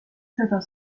seda